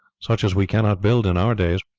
such as we cannot build in our days.